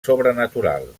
sobrenatural